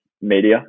media